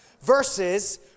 verses